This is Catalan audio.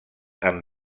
amb